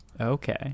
Okay